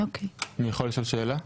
אני יכול לשאול, שאלה.